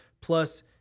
plus